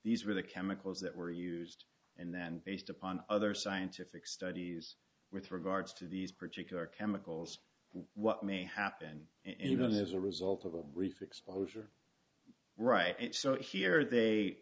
these were the chemicals that were used and then based upon other scientific studies with regards to these particular chemicals what may happen and even as a result of a brief exposure right so here they